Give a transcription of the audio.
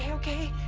ah okay.